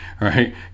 right